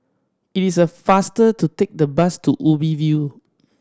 it is a faster to take the bus to Ubi View